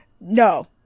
no